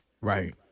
Right